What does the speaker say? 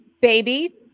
baby